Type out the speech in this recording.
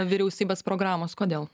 vyriausybės programos kodėl